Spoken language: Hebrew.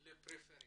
לפריפריה,